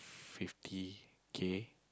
fifty K